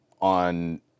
on